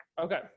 okay